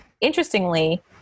interestingly